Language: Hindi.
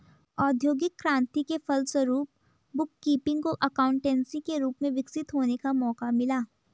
औद्योगिक क्रांति के फलस्वरूप बुक कीपिंग को एकाउंटेंसी के रूप में विकसित होने का मौका मिला